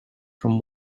from